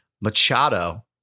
Machado